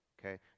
okay